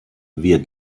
wir